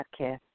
podcast